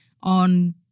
on